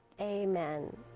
Amen